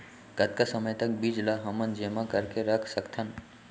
कतका समय तक बीज ला हमन जेमा करके रख सकथन?